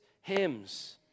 hymns